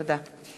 תודה.